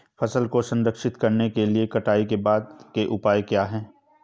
फसल को संरक्षित करने के लिए कटाई के बाद के उपाय क्या हैं?